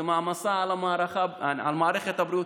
זו מעמסה על מערכת הבריאות.